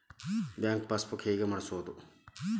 Bank passbook ಹೆಂಗ್ ಮಾಡ್ಸೋದು?